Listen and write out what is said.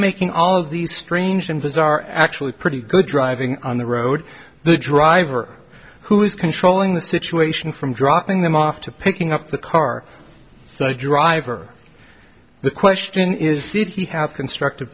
making all of these strange and bizarre actually pretty good driving on the road the driver who's controlling the situation from dropping them off to picking up the car driver the question is did he have constructive